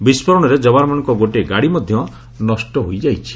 ବିସ୍କୋରଣରେ ଯବାନମାନଙ୍କ ଗୋଟିଏ ଗାଡ଼ି ମଧ୍ୟ ନଷ୍ଟ ହୋଇଯାଇଛି